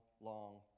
long